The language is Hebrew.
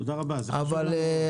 תודה רבה, זה חשוב לנו מאוד.